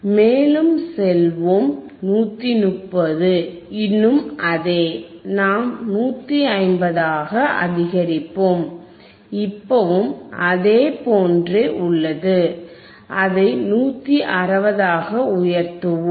மேலும் செல்வோம் 130 இன்னும் அதே நாம் 150 ஆக அதிகரிப்போம் இப்பவும் அதே போன்றே உள்ளது அதை 160 ஆக உயர்த்துவோம்